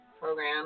program